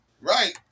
Right